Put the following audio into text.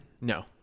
no